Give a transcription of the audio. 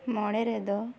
ᱢᱚᱬᱮ ᱨᱮᱫᱚ